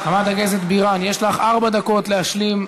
חברת הכנסת בירן, יש לך ארבע דקות להשלים.